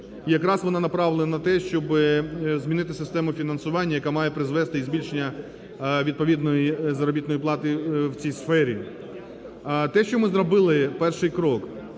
Якраз вона направлена на те, щоби змінити систему фінансування, яка має призвести і збільшення відповідної заробітної плати в цій сфері. Те, що ми зробили перший крок